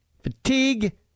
fatigue